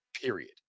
period